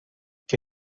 que